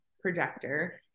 projector